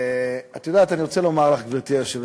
את יודעת, אני רוצה לומר, גברתי היושבת-ראש,